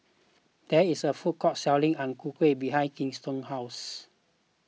there is a food court selling Ang Ku Kueh behind Kenton's house